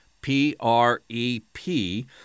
P-R-E-P